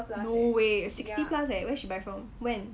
no way sixty plus leh where she buy from when